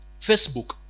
Facebook